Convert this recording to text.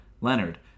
Leonard